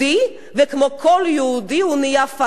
וכמו כל יהודי הוא נהיה פנאטי,